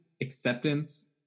acceptance